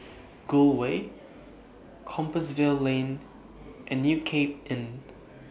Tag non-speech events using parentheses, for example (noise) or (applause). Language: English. Gul Way Compassvale Lane and New Cape Inn (noise)